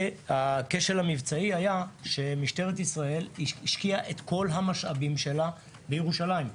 הכשל המבצעי היה שמשטרת ישראל השקיעה את כל המשאבים שלה בירושלים,